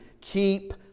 Keep